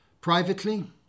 privately